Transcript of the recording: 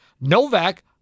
Novak